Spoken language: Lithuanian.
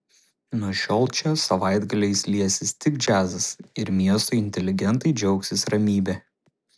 nuo šiol čia savaitgaliais liesis tik džiazas ir miesto inteligentai džiaugsis ramybe